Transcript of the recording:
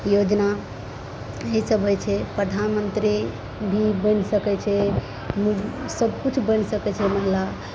योजना इसब होइ छै प्रधानमन्त्री भी बनि सकय छै मुज सबकिछु बनि सकय छै महिला